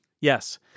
Yes